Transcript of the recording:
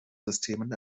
systemen